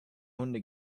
hunde